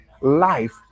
life